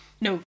No